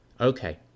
Okay